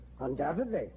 Undoubtedly